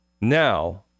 Now